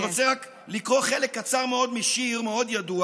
אני רוצה רק לקרוא חלק קצר מאוד משיר מאוד ידוע